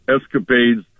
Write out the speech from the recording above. escapades